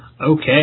okay